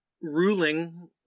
ruling